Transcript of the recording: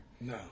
No